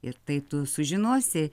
ir tai tu sužinosi